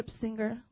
singer